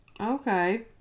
Okay